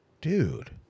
dude